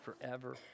forever